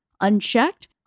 Unchecked